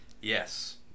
Yes